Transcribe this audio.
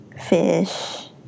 Fish